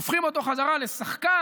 והופכים אותו חזרה לשחקן.